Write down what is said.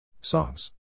Songs